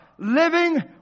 Living